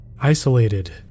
isolated